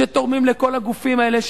שתורמים לכל הגופים האלה,